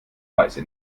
weise